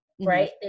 Right